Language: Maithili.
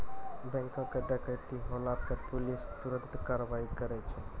बैंको के डकैती होला पे पुलिस तुरन्ते कारवाही करै छै